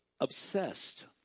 obsessed